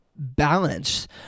balance